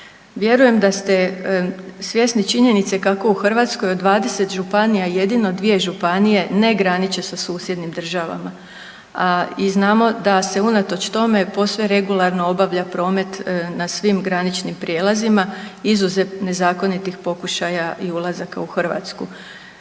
Vjerujem da ste svjesni činjenice kako u Hrvatskoj od 20 županija jedino 2 županije ne graniče sa susjednim državama. I znamo da se unatoč tome posve regularno obavlja promet na svim graničnim prijelazima izuzev nezakonitih pokušaja i ulazaka u Hrvatsku.